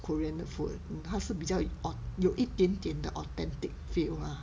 korean food 它是比较有一点点 the authentic feel lah